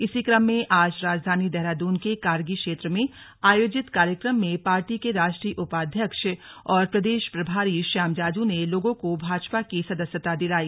इसी कम में आज राजधानी देहरादून के कारगी क्षेत्र में आयोजित कार्यक्रम में पार्टी के राष्ट्रीय उपाध्यक्ष और प्रदेश प्रभारी श्याम जाजू ने लोगों को भाजपा की सदस्यता दिलाई